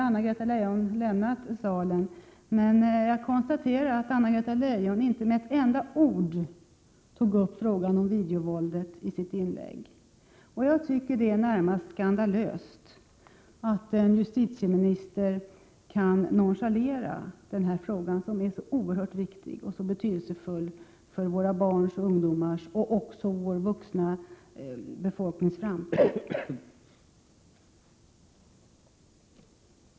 Anna-Greta Leijon har lämnat salen, men jag kan konstatera att hon inte med ett enda ord tog upp frågan om videovåldet i sitt inlägg. Jag tycker att det är närmast skandalöst att en justitieminister kan nonchalera den här frågan, som är så oerhört betydelsefull för våra barns och ungdomars och också vår vuxna befolknings framtid.